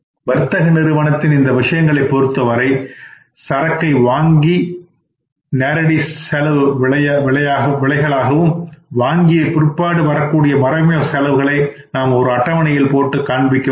வர்த்தக நிறுவனத்தின் இந்த விஷயத்தைப் பொறுத்தவரை சரக்கை வாங்கி வாங்குவதற்கான செலவு நேரடி விளைவாகவும் வாங்கிய பிற்பாடு வரக்கூடிய மறைமுக செலவுகளை நாம் ஒரு அட்டவணையில் போட்டு காண்பிக்க முடியும்